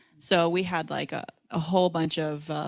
so we had like ah a whole bunch of,